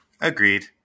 Agreed